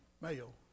male